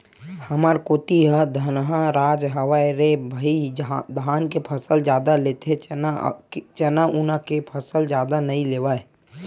हमर कोती ह धनहा राज हरय रे भई धाने के फसल जादा लेथे चना उना के फसल जादा नइ लेवय